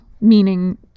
meaning